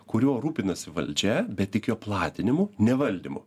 kuriuo rūpinasi valdžia bet tik jo platinimu nevaldymu